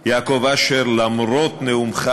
יעקב אשר, למרות נאומך